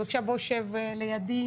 בבקשה, בוא שב לידי.